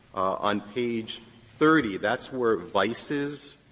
on page thirty, that's where vice's